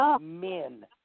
men